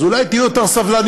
אז אולי תהיו יותר סבלנים,